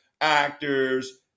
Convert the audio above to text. actors